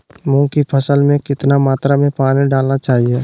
मूंग की फसल में कितना मात्रा में पानी डालना चाहिए?